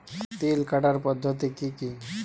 তিল কাটার পদ্ধতি কি কি?